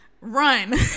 run